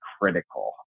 critical